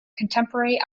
contemporary